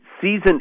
season